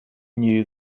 knew